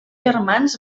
germans